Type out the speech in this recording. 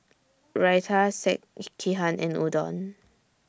Raita Sekihan and Udon